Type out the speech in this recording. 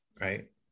right